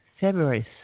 February